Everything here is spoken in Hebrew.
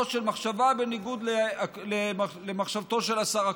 של מחשבה בניגוד למחשבתו של השר אקוניס.